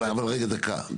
אבל רגע, דקה.